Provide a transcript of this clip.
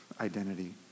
identity